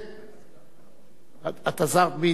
גם בעניין זה.